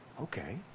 Okay